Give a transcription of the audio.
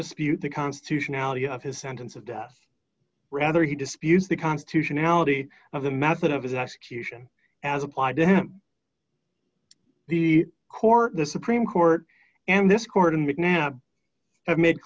dispute the constitutionality of his sentence of death rather he disputes the constitutionality of the method of his execution as applied to the core the supreme court and this court and now have made